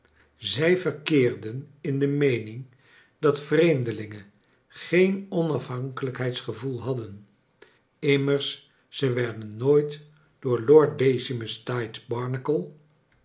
zij verkeerden in de meening dat vreemdelingen geen onaihankelijkheidsgevoel hadden immers ze werden nooit door lord